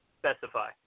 specify